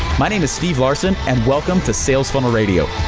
my name is steve larsen and welcome to sales funnel radio.